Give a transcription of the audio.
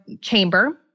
chamber